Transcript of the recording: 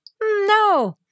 no